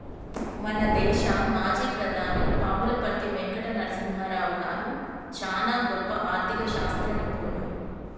మన దేశ మాజీ ప్రధాని పాములపర్తి వెంకట నరసింహారావు గారు చానా గొప్ప ఆర్ధిక శాస్త్ర నిపుణుడు